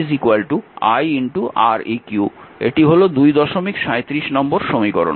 এটি হল 237 নম্বর সমীকরণ